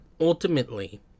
ultimately